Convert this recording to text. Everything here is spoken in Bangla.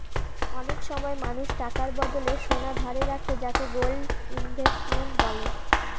অনেক সময় মানুষ টাকার বদলে সোনা ধারে রাখে যাকে গোল্ড ইনভেস্টমেন্ট বলে